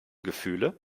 gefühle